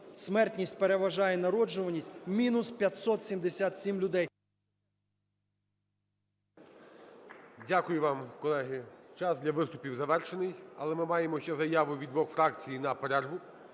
смертність переважає народжуваність мінус 577 людей.